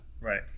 Right